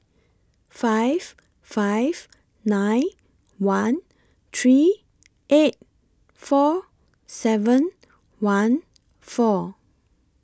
five five nine one three eight four seven one four